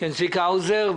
צביקה האוזר,